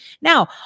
Now